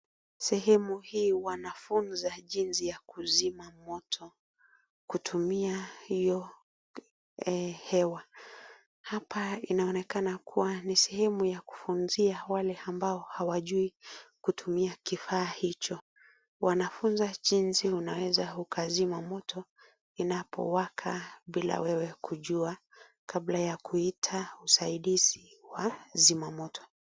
Sehemu hii wanafunza jinsi ya kuzima moto kutumia hiyo hewa, hapa inaonekana kuwa ni sehemu ya kufunzia wale ambao hawajui kutumia kifaa hicho, wanafunza jinsi unaweza zima moto inapowaka bila wewe kujua kabla ya kuita usaidizi wa zimamoto.